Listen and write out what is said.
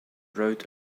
wrote